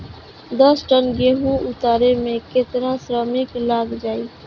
दस टन गेहूं उतारे में केतना श्रमिक लग जाई?